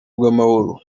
bw’amahoro